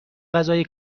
غذای